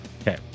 Okay